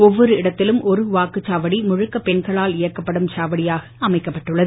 ஒவ்வொரு இடத்திலும் ஒரு வாக்குச் சாவடி முழுக்க பெண்களால் இயக்கப்படும் சாவடியாக அமைக்கப்பட்டுள்ளது